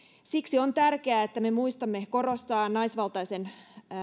siksi on tärkeää että me muistamme korostaa naisvaltaisten